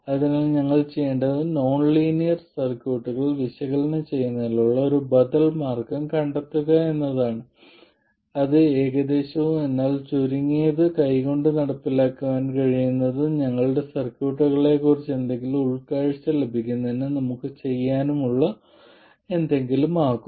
അതിനാൽ ഞങ്ങൾ ചെയ്യേണ്ടത് നോൺ ലീനിയർ സർക്യൂട്ടുകൾ വിശകലനം ചെയ്യുന്നതിനുള്ള ഒരു ബദൽ മാർഗം കണ്ടെത്തുക എന്നതാണ് അത് ഏകദേശവും എന്നാൽ ചുരുങ്ങിയത് കൈകൊണ്ട് നടപ്പിലാക്കാൻ കഴിയുന്നതും ഞങ്ങളുടെ സർക്യൂട്ടുകളെ കുറിച്ച് എന്തെങ്കിലും ഉൾക്കാഴ്ച ലഭിക്കുന്നതിന് നമുക്ക് ചെയ്യാനുമുള്ളതുമായ എന്തെങ്കിലും ആവും